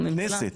הכנסת.